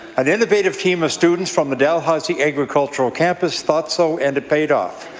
an innovative team of students from the dalhousie agricultural campus thought so and it paid off.